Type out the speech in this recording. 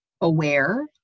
aware